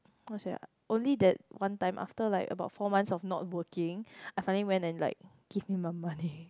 how to say ah only that one time after like about four months of not working I finally went and like give me my money